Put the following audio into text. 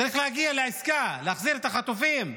צריך להגיע לעסקה, להחזיר את החטופים.